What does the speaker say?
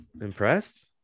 impressed